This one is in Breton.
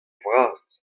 vras